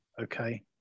okay